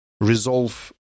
resolve